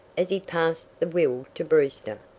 as he passed the will to brewster.